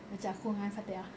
macam aku dengan fatehah